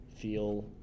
feel